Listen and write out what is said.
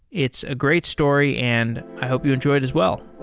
it's a great story and i hope you enjoy it as well.